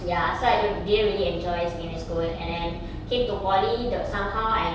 ya so I don~ didn't really enjoy secondary school and then came to poly the somehow I